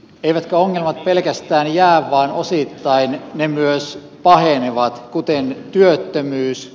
eivätkä ongelmat pelkästään jää vaan osittain ne myös pahenevat kuten työttömyys